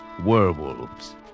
werewolves